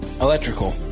Electrical